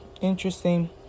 Interesting